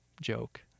joke